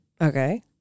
Okay